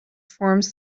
forms